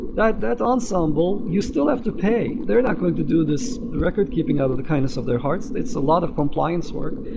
that that ensemble, you still have to pay. they're not going to do this record keeping out of the kindness of their hearts. it's a lot of compliance work,